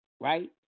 right